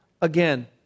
again